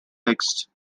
texts